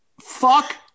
Fuck